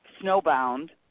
snowbound